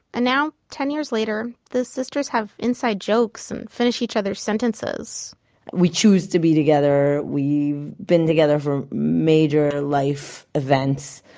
and now, ten years later, the sisters have inside jokes and finish each other's sentences we choose to be together, we've been together for major life events.